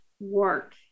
work